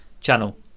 channel